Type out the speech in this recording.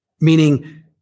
Meaning